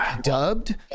dubbed